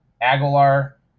Aguilar